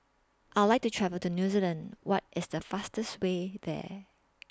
I Would like to travel to New Zealand What IS The fastest Way There